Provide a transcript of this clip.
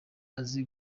azi